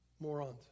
Morons